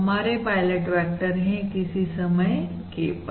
हमारे pilot vector है किसी समय k पर